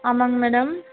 ஆமாங்க மேடம்